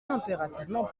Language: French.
impérativement